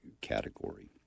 category